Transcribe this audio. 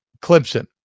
Clemson